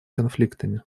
конфликтами